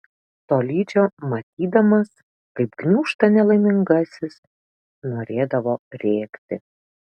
tolydžio matydamas kaip gniūžta nelaimingasis norėdavo rėkti